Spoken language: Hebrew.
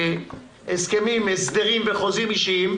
הסכמים, הסדרים וחוזים אישיים,